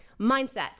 mindset